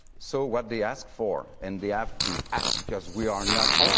so what they ask for, and they have to ask because we are not